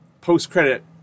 post-credit